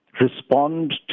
respond